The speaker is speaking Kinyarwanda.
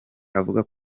avuga